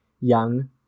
young